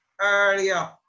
earlier